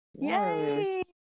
Yay